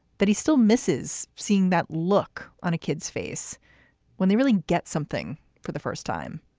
but he still misses seeing that look on a kid's face when they really get something for the first time.